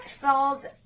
falls